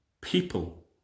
people